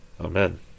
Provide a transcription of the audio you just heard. Amen